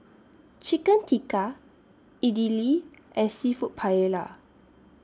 Chicken Tikka Idili and Seafood Paella